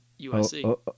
USC